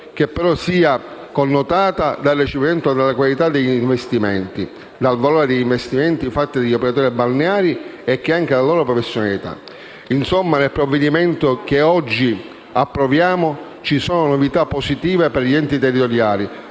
che però sia connotata dal recepimento della qualità degli investimenti, del valore degli investimenti fatti dagli operatori balneari e anche della loro professionalità. Insomma, nel provvedimento che oggi approviamo ci sono novità positive per gli enti territoriali,